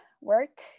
work